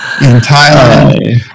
entirely